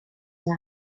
die